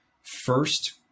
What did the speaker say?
first